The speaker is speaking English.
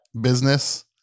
business